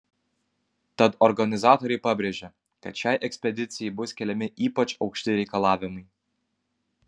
tad organizatoriai pabrėžia kad šiai ekspedicijai bus keliami ypač aukšti reikalavimai